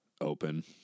open